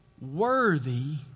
worthy